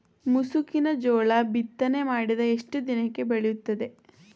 ಮುಸುಕಿನ ಜೋಳ ಬಿತ್ತನೆ ಮಾಡಿದ ಎಷ್ಟು ದಿನಕ್ಕೆ ಬೆಳೆಯುತ್ತದೆ?